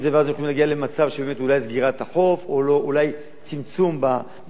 להגיע למצב של באמת אולי סגירת החוף או אולי צמצום בשעות